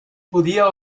podia